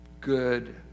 good